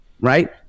right